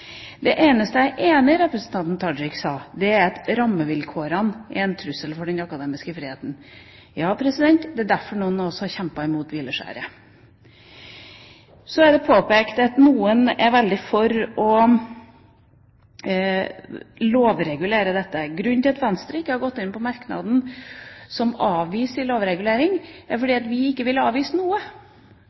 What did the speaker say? at rammevilkårene er en trussel mot den akademiske friheten. Ja, det er derfor noen av oss har kjempet imot hvileskjæret. Så er det påpekt at noen er veldig for å lovregulere dette. Grunnen til at Venstre ikke har gått inn på merknaden som avviser en lovregulering, er at vi ikke vil avvise noe.